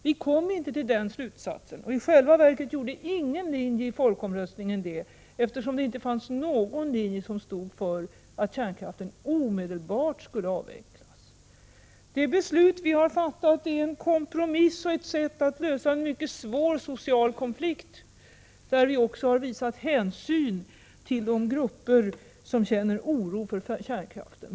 Vi kom inte till den slutsatsen, och i själva verket gjorde man inte det inom någon linje i folkomröstningen, eftersom det inte fanns någon linje som stod för att kärnkraften omedelbart skulle avvecklas. Det beslut vi har fattat är en kompromiss och ett försök att lösa en mycket svår social konflikt, där vi också har visat hänsyn till de grupper som känner oro då det gäller kärnkraften.